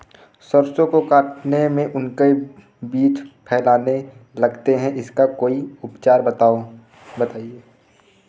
सरसो को काटने में उनके बीज फैलने लगते हैं इसका कोई उपचार बताएं?